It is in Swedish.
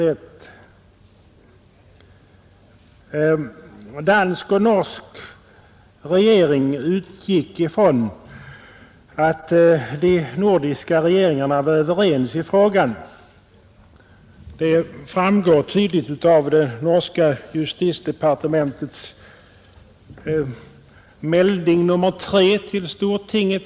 De danska och norska regeringarna utgick från att de nordiska regeringarna var överens i frågan. Det framgår tydligt av det norska Justisog politiedepartementets Ot. meld. nr. 3.